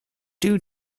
due